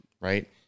right